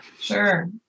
Sure